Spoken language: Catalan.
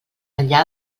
enllà